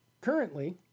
currently